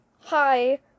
hi